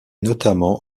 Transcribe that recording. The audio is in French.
notamment